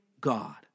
God